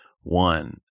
one